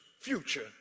future